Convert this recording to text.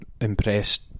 impressed